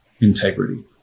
integrity